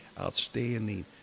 outstanding